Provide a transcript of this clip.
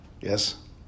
Yes